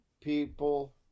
people